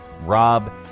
Rob